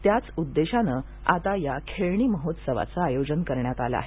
त्याच उद्देशानं आता या खेळणी महोत्सवाचं आयोजन करण्यात आलं आहे